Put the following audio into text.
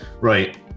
Right